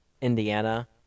Indiana